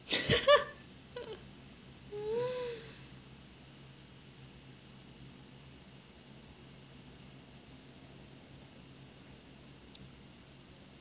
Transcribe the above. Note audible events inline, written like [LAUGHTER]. [LAUGHS]